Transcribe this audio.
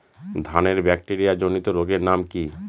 ধানের ব্যাকটেরিয়া জনিত রোগের নাম কি?